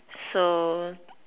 so